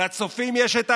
יש לצופים יכולת